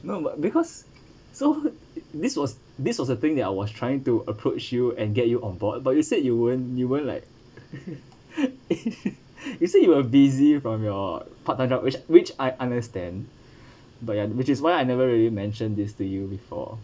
no but because so this was this was the thing that I was trying to approach you and get you on board but you said you won't you won't like you said you were busy from your part time job which which I understand but ya which is why I never really mention this to you before